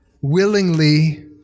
willingly